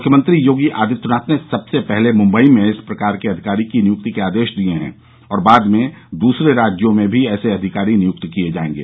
मुख्यमंत्री योगी आदित्यनाथ ने सबसे पहले मुंबई में इस प्रकार के अधिकारी की नियुक्ति के आदेश दिए हैं और बाद में दूसरे राज्यों में भी ऐसे अधिकारी नियुक्त किए जाएंगे